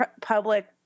public